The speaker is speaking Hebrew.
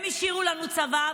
הם השאירו לנו צוואה,